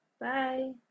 Bye